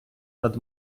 над